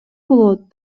болот